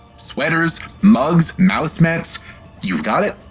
sweaters, mugs, mouse-mats you've got it,